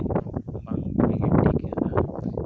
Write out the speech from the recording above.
ᱵᱟᱝ ᱴᱷᱤᱠᱟᱹᱜᱼᱟ